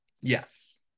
Yes